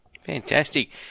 Fantastic